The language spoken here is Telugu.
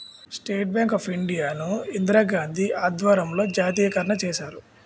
స్టేట్ బ్యాంక్ ఆఫ్ ఇండియా ను ఇందిరాగాంధీ ఆధ్వర్యంలో జాతీయకరణ చేశారు